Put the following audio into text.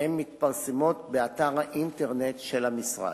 והן מתפרסמות באתר האינטרנט של המשרד.